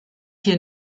hier